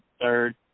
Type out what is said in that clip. third